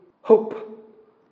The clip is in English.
hope